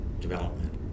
development